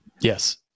Yes